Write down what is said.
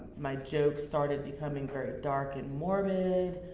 my jokes started becoming very dark and morbid,